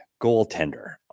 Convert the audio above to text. goaltender